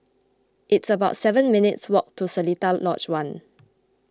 it's about seven minutes' walk to Seletar Lodge one